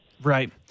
Right